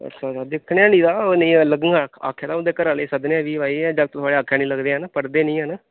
अच्छा अच्छा दिक्खने हल्ली तां निं लगङन आक्खै ते उं'दे घरे आह्लें ई सद्दने आं भी भाई अहें जागत थुआड़े आक्खै निं लगदे हैन पढ़दे निं हैन